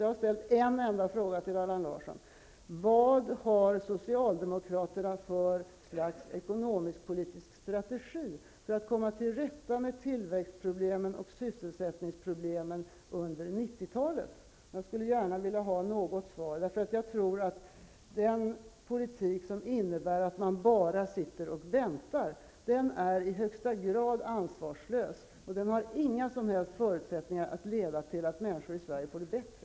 Jag har ställt en enda fråga till Allan Larsson om vad socialdemokraterna har för slags ekonomisk-politisk strategi för att komma till rätta med tillväxtproblemen och sysselsättningsproblemen under 90-talet. Jag skulle gärna vilja ha ett svar, eftersom jag tror att den politik som innebär att man bara sitter och väntar är i högsta grad ansvarslös. Den har inga förutsättningar att leda till att människor i Sverige får det bättre.